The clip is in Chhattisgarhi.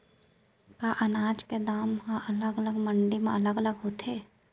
का अनाज के दाम हा अलग अलग मंडी म अलग अलग होथे?